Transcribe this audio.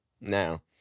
now